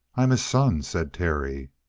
i'm his son, said terry.